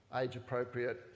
age-appropriate